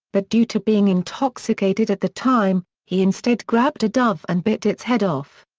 but due to being intoxicated at the time, he instead grabbed a dove and bit its head off.